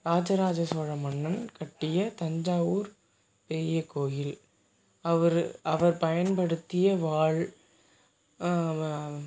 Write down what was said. ராஜராஜ சோழ மன்னன் கட்டிய தஞ்சாவூர் பெரிய கோயில் அவர் அவர் பயன்படுத்திய வால்